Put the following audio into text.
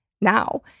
now